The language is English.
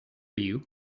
you